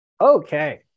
Okay